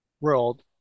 world